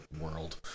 world